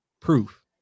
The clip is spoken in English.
proof